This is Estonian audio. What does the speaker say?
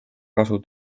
kasu